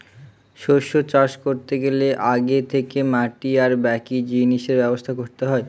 শস্য চাষ করতে গেলে আগে থেকে মাটি আর বাকি জিনিসের ব্যবস্থা করতে হয়